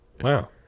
wow